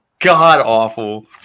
god-awful